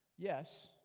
Yes